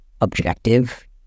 objective